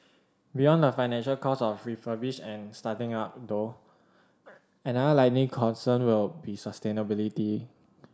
beyond the financial costs of refurbishing and starting up though another likely concern will be sustainability